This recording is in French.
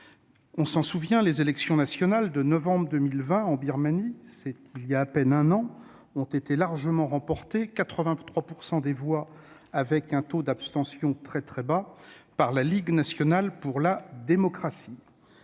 s'en souvient, les élections nationales de novembre 2020 en Birmanie, il y a donc un an à peine, ont été largement remportées- 83 % des voix avec un taux d'abstention très bas -par la Ligue nationale pour la démocratie.